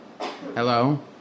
hello